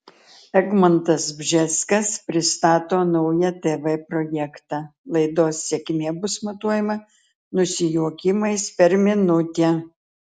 egmontas bžeskas pristato naują tv projektą laidos sėkmė bus matuojama nusijuokimais per minutę